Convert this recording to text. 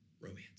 romance